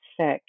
sick